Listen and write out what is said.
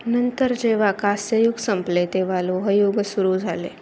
नंतर जेव्हा कांस्ययुग संपले तेव्हा लोहयुग सुरू झाले